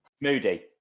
Moody